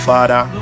Father